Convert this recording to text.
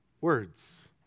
words